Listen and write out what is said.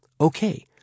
okay